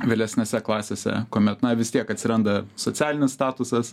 vėlesnėse klasėse kuomet na vis tiek atsiranda socialinis statusas